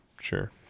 Sure